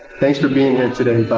thanks for being here